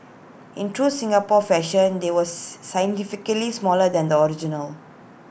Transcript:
in true Singapore fashion they was scientifically smaller than the original